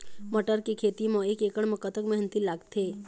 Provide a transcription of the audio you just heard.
मटर के खेती म एक एकड़ म कतक मेहनती लागथे?